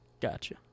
Gotcha